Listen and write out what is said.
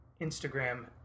Instagram